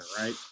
right